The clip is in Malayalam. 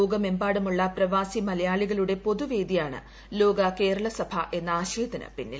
ലോകമെമ്പാടുമുള്ള പ്രവാസി മലയാളികളുടെ പൊതുവേദിയാണ് ലോക കേരള സഭ എന്ന ആശയത്തിനു പിന്നിൽ